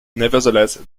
nevertheless